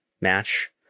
match